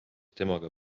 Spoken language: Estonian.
temaga